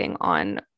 on